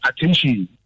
attention